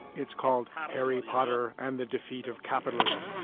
it's called harry potter and the defeat of capitalism.